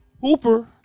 Hooper